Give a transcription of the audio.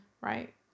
Right